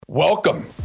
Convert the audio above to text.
Welcome